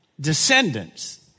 descendants